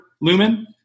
Lumen